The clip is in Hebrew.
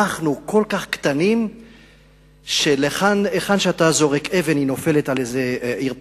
אנחנו כל כך קטנים שהיכן שאתה זורק אבן היא נופלת על איזה עיר פיתוח,